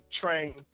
train